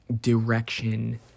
direction